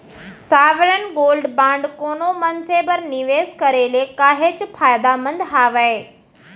sovereign gold bond कोनो मनसे बर निवेस करे ले काहेच फायदामंद हावय